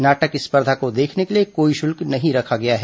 नाट्य स्पर्धा को देखने के लिए कोई शुल्क नहीं रखा गया है